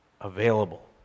available